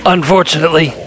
Unfortunately